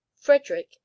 frederick